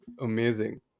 amazing